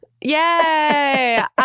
Yay